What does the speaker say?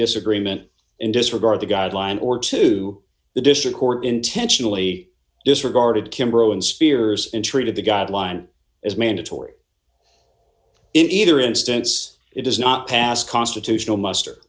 disagreement and disregard the guideline or to the district court intentionally disregarded kimberlin spears and treated the guideline as mandatory in either instance it does not pass constitutional muster